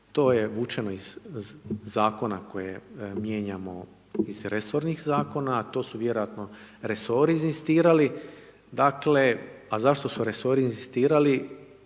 to je vučeno iz zakona koje mijenjamo iz resornih zakona a to su vjerojatno resori inzistirali, dakle a zašto su resori inzistirali,